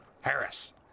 Harris